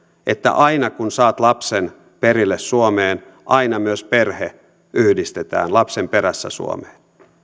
että aina kun saat lapsen perille suomeen aina myös perhe yhdistetään lapsen perässä suomeen